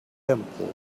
pimples